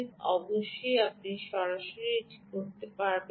অবশ্যই আপনি সরাসরি এটি করতে পারবেন না